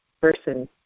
person